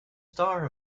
star